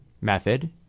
method